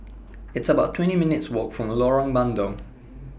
It's about twenty minutes' Walk from Lorong Bandang